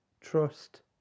trust